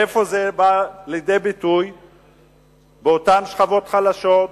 איפה זה בא לידי ביטוי באותן שכבות חלשות,